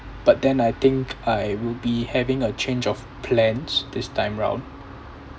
but then I think I will be having a change of plans this time round